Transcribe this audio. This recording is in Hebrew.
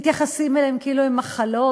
מתייחסים אליהם כאילו הם מחלות,